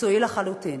מקצועי לחלוטין.